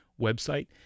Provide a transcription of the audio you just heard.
website